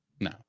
no